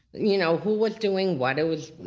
you know, who was doing what. it was,